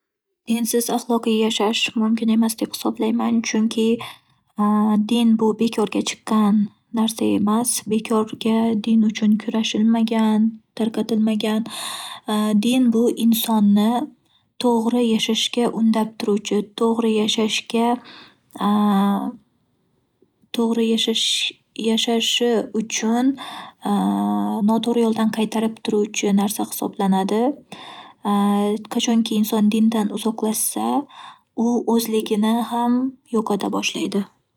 Dinsiz axloqiy yashash mumkin emas deb hisoblayman. Chunki din bu bekorga chiqqan narsa emas. Bekorga din uchun kurashilmagan, tarqatilmagan. Din bu insonni to'g'ri yashashga undab turuvchi, to'g'ri yashashga to'g'ri yashash- yashashi uchun noto'g'ri yo'ldan qaytarib turuvchi narsa hisoblanadi. Qachonki inson dindan uzoqlashsa, u o'zligini ham yo'qota boshlaydi.